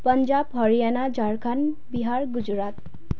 Punjab Haryana Jharkhand Bihar Gujarat